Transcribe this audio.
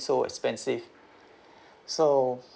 so expensive so